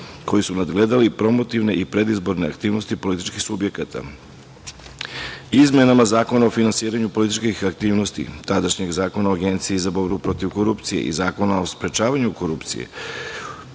koji su nadgledali promotivne i predizborne aktivnosti političkih subjekata. Izmenama Zakona o finansiranju političkih aktivnosti, tadašnjeg Zakona o Agenciji za borbu protiv korupcije i Zakona o sprečavanju korupcije